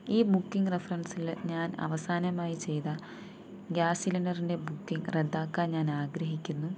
ഈ ബുക്കിംഗ് റഫറൻസില് ഞാൻ അവസാനമായി ചെയ്ത ഗ്യാസ് സിലിണ്ടറിൻ്റെ ബുക്കിംഗ് റദ്ദാക്കാൻ ഞാൻ ആഗ്രഹിക്കുന്നു